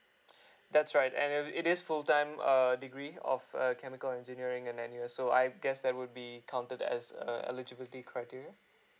that's right and then it is full time err degree of uh chemical engineering in N U S so I guess that would be counted as a eligibility criteria